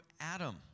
Adam